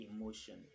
emotion